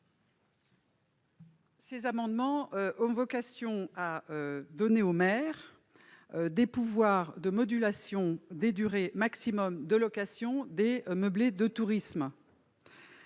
Ces amendements ont vocation à donner aux maires des pouvoirs de modulation de la durée maximale de location des meublés de tourisme.